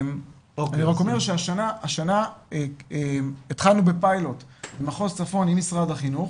אני רק אומר שהשנה התחלנו בפיילוט במחוז צפון עם משרד החינוך,